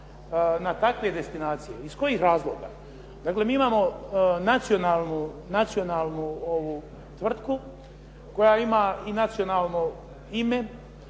na takve destinacije. Iz kojih razloga? Dakle, mi imamo nacionalnu tvrtku koja ima i nacionalno ime,